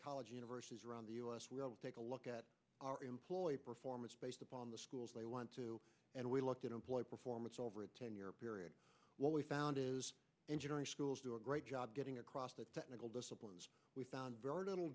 college universities around the u s we'll take a look at our employee performance based upon the schools they want to and we looked at employee performance over a ten year period what we found is engineering schools do a great job getting across the technical disciplines we found very little